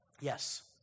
yes